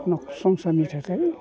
संसारनि थाखाय